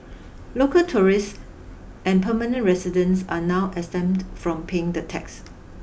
local tourists and permanent residents are now exempted from paying the tax